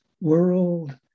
world